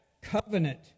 covenant